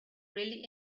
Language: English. really